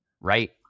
right